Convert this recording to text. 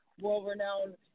world-renowned